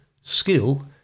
skill